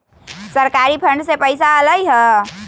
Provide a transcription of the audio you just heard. सरकारी फंड से पईसा आयल ह?